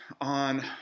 on